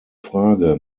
frage